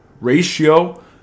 ratio